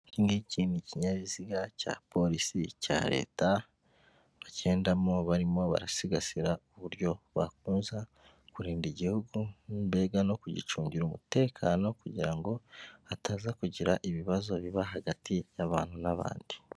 Iki ngiki ni ikinyabiziga cya polisi cya leta, bagendamo barimo barasigasira uburyo bakomeza kurinda igihugu, mbega no kugicungira umutekano, kugira ngo hataza kugira ibibazo biba hagati y'abantu n'abandi.